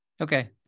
Okay